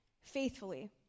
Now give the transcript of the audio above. faithfully